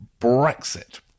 brexit